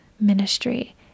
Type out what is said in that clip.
ministry